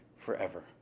forever